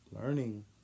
learning